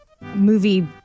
movie